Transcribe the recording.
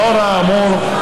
לנוכח האמור,